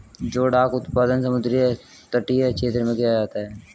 जोडाक उत्पादन समुद्र तटीय क्षेत्र में किया जाता है